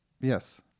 Yes